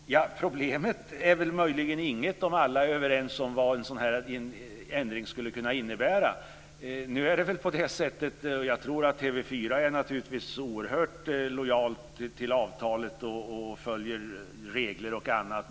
Fru talman! Problemet är väl möjligen inget om alla är överens om vad en sådan ändring skulle kunna innebära. Jag tror att TV 4 är oerhört lojalt till avtalet och följer regler och annat.